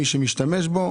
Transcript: מי שמשתמש בו,